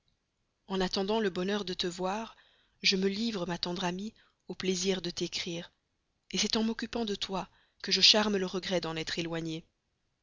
en attendant le bonheur de te revoir je me livre ma tendre amie au plaisir de t'écrire c'est en m'occupant de toi que je charme le regret d'en être éloigné